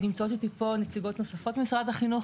נמצאות איתי פה נציגות נוספות ממשרד החינוך,